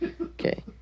Okay